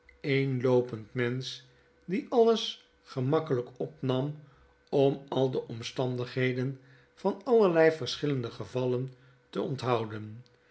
eenloopend mensch die alles gemakkelijk opnam om al de omstandigheden van allerlei verschillende gevallen te onthouden